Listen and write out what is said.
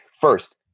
First